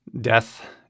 Death